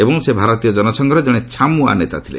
ଏବଂ ସେ ଭାରତୀୟ ଜନସଂଘର ଜଣେ ଛାମୁଆ ନେତାଥିଲେ